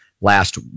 last